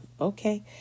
Okay